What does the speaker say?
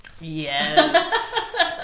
Yes